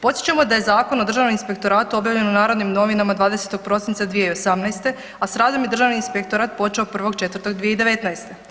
Podsjećamo da je Zakon o državnom inspektoratu objavljen u Narodnim novinama 20. prosinca 2018., a s radom je Državni inspektorat počeo 1. 4. 2019.